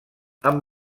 amb